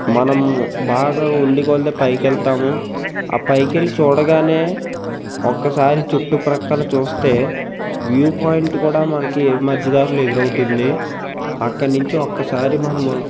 మనం బాగా ఉండే కొలది పైకి వెళ్తాము ఆ పైకి వెళ్ళి చూడగానే ఒక్కసారి చుట్టుప్రక్కల చూస్తే వ్యూ పాయింట్ కూడా మనకి మధ్య దారులు ఎదురవుతుంది అక్కడి నుంచి ఒక్కసారి మనము